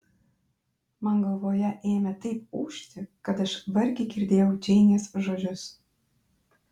man galvoje ėmė taip ūžti kad aš vargiai girdėjau džeinės žodžius